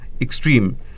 extreme